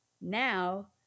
Now